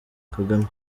kagame